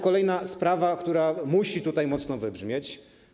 Kolejna sprawa, która musi tutaj mocno wybrzmieć.